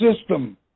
system